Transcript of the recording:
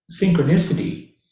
synchronicity